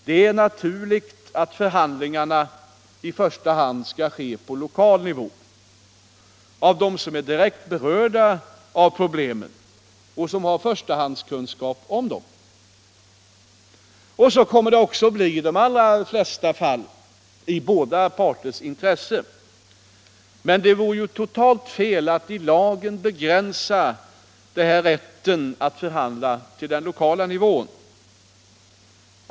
Det är naturligt att förhandlingarna i första hand skall ske på lokal nivå och skötas av dem som är direkt berörda av problemen samt har förstahandskunskap om dessa. Så kommer det också att bli i de allra flesta fall, i båda parters intresse. Men det vore ju totalt fel att i lagen begränsa den här rätten att förhandla till den lokala nivån.